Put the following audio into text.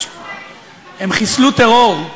חיסלו טרור,